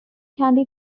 candy